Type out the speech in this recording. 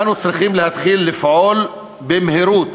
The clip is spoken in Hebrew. אנו צריכים להתחיל לפעול במהירות.